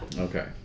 Okay